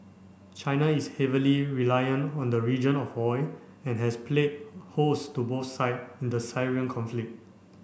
China is heavily reliant on the region of oil and has played host to both side in the conflict